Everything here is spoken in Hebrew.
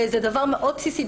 זה דבר מאוד בסיסי.